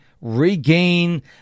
regain